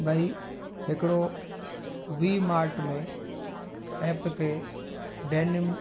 भाई हिकिड़ो V mart में ऐप ते डैनिम